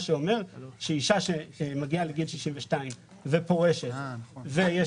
זה אומר שאישה שמגיעה לגיל 62 ופורשת ויש